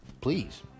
please